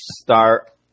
start